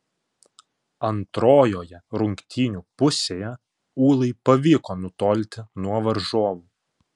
antrojoje rungtynių pusėje ūlai pavyko nutolti nuo varžovų